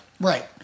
Right